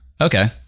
okay